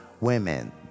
women